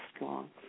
long